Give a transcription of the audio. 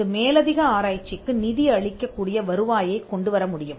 இது மேலதிக ஆராய்ச்சிக்கு நிதி அளிக்க கூடிய வருவாயைக் கொண்டு வர முடியும்